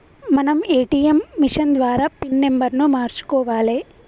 మనం ATM machine ద్వారా pin నెంబర్ను మార్చుకోవాలే